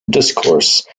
discourse